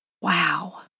Wow